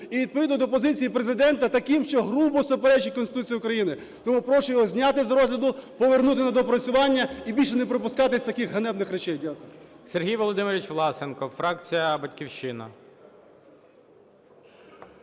і відповідно до позиції Президента, таким, що грубо суперечить Конституції України. Тому прошу його зняти з розгляду, повернути на доопрацювання і більше не припускатись таких ганебних речей. Дякую.